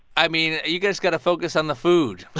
i mean, you guys got to focus on the food.